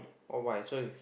oh my so is